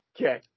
Okay